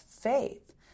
faith